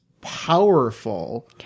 powerful